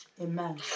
Amen